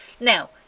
now